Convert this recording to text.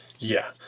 yeah,